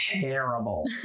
terrible